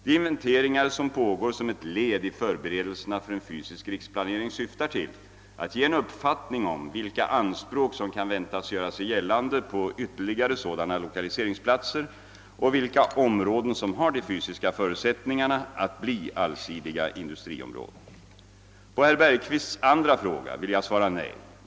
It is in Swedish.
De inventeringar som pågår som ett led i förberedelserna för en fysisk riksplanering syftar till att ge en uppfattning om vilka anspråk som kan väntas göra sig gällande på ytterligare sådana lokaliseringsplatser och vilka områden som har de fysiska förutsättningarna att bli allsidiga industriområden. På herr Bergqvists andra fråga vill jag svara nej.